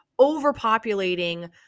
overpopulating